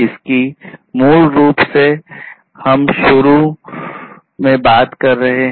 इसकी मूल रूप से हम शुरू से बात कर रहे हैं